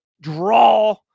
draw